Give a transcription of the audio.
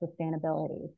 sustainability